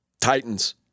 Titans